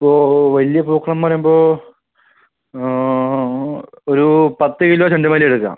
ഓ ഓ വലിയ പൂക്കളം പറയുമ്പോൾ ഒരു പത്ത് കിലോ ചെണ്ടുമല്ലി എടുക്കാം